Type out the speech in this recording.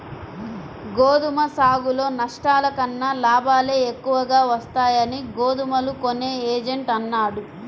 గోధుమ సాగులో నష్టాల కన్నా లాభాలే ఎక్కువగా వస్తాయని గోధుమలు కొనే ఏజెంట్ అన్నాడు